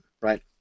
right